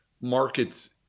markets